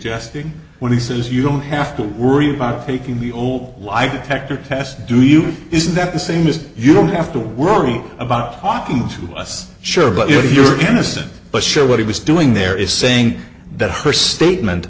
suggesting when he says you don't have to worry about making we all lie detector test do you isn't that the same as you don't have to worry about talking to us sure but if you're innocent but show what he was doing there is saying that her statement